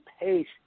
pace